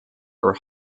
are